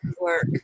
work